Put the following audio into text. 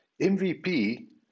MVP